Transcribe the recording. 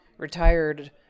Retired